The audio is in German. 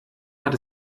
hat